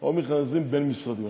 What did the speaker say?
או למכרזים בין-משרדיים.